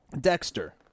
Dexter